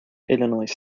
illinois